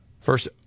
first